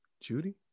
Judy